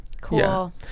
cool